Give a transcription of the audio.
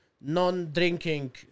non-drinking